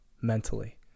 mentally